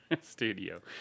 Studio